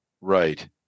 Right